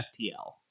FTL